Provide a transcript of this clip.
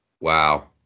Wow